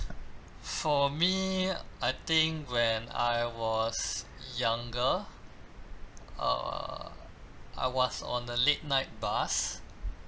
for me I think when I was younger err I was on the late night bus